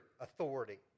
authority